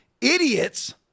idiots